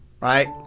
right